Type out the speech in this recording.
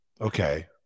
okay